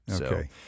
Okay